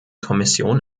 kommission